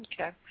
Okay